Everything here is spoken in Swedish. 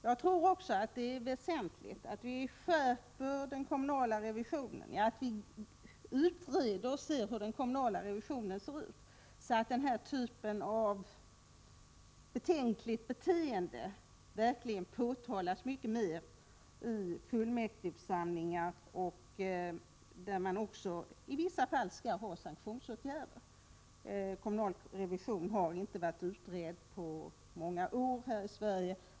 Jag tror också det är väsentligt att vi skärper den kommunala revisionen, så att denna typ av betänkligt beteende verkligen påtalas mycket mer i fullmäktigeförsamlingarna. I vissa fall bör man också ha sanktionsåtgärder. Kommunal revision har inte varit utredd på många år här i Sverige.